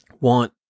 want